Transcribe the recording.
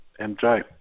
MJ